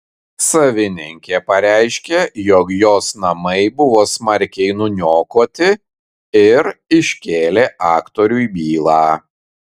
savininkė pareiškė jog jos namai buvo smarkiai nuniokoti ir iškėlė aktoriui bylą